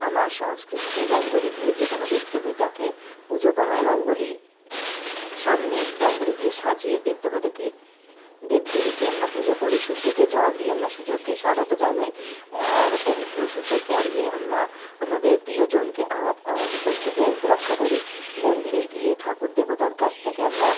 আমার সংস্কৃতিতে রঙ্গোলি দিয়ে যে কোনো দেব দেবতাকে পুজো করা হয় রঙ্গোলি সামনে রঙ্গোলি দিয়ে সাজিয়ে দেব দেবতাকে দেব দেবীকে আমরা পুজো করি সূর্যকে জল দিয়ে আমরা সূর্যকে স্বাগত জানাই আর পবিত্র সুতো পরিয়ে আমরা আমাদের প্রিয় জনকে আঘাত বিপদ থেকে রক্ষা করি মন্দিরে গিয়ে ঠাকুর দেবতার কাছ থেকে আমরা